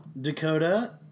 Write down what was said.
Dakota